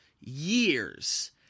years